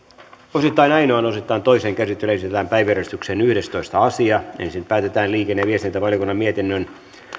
osittain ainoaan osittain toiseen käsittelyyn esitellään päiväjärjestyksen yhdestoista asia ensin päätetään liikenne ja viestintävaliokunnan mietinnön